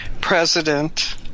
president